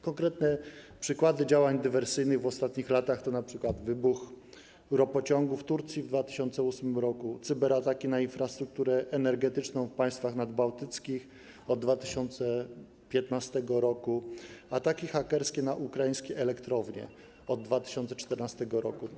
Konkretne przykłady działań dywersyjnych w ostatnich latach to np. wybuch ropociągu w Turcji w 2008 r., cyberataki na infrastrukturę energetyczną w państwach nadbałtyckich od 2015 r., ataki hakerskie na ukraińskie elektrownie od 2014 r.